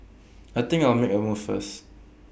I think I'll make A move first